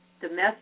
domestic